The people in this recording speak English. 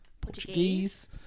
Portuguese